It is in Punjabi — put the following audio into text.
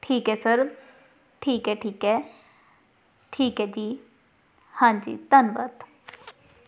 ਠੀਕ ਹੈ ਸਰ ਠੀਕ ਹੈ ਠੀਕ ਹੈ ਠੀਕ ਹੈ ਜੀ ਹਾਂਜੀ ਧੰਨਵਾਦ